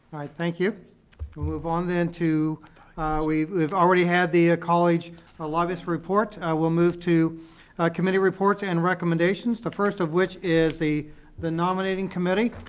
thank you. we'll move on then to we've we've already had the college ah lobbyist report, we'll move to committee reports and recommendations, recommendations, the first of which is the the nominating committee.